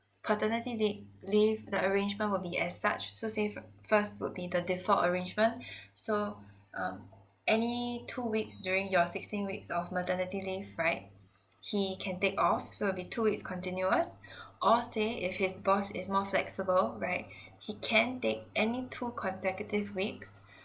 paternity lea~ leave the arrangement will be as such so say first would be the default arrangement so um any two weeks during your sixteen weeks of maternity leave right he can take off so will be two weeks continuous or say if his boss is more flexible right he can take any two consecutive weeks